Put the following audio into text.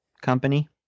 Company